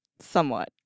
somewhat